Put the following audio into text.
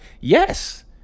yes